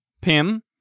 Pim